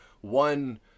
one